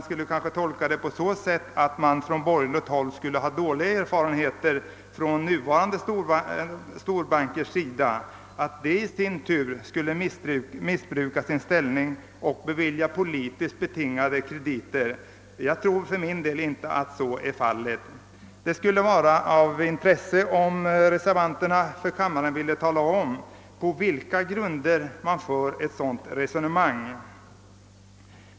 Skall det kanske tolkas så, att man på borgerligt håll har dåliga erfarenheter av nuvarande storbanker, d. v. s. att dessa skulle missbruka sin ställning genom att bevilja politiskt betingade krediter? Jag tror att det skulle vara av intresse, om reservanterna för kammaren ville tala om på vilka grunder man för ett sådant resonemang.